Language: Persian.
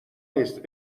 نیست